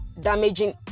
damaging